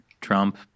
Trump